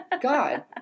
God